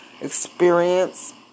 experience